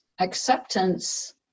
acceptance